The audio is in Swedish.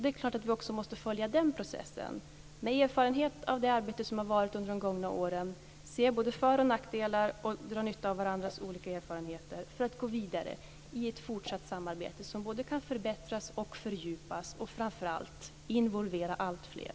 Det är klart att vi också måste följa den processen och med erfarenhet av det arbete som varit under de gångna åren se både för och nackdelar. Vidare gäller det att dra nytta av varandras olika erfarenheter för att gå vidare i ett fortsatt samarbete som kan både förbättras och fördjupas och som, framför allt, kan involvera alltfler.